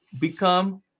Become